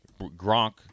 Gronk